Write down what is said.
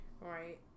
Right